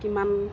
কিমান